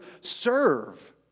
serve